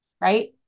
right